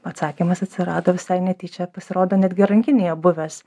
atsakymas atsirado visai netyčia pasirodo netgi rankinėje buvęs